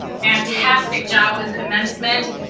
fantastic job with commencement.